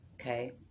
okay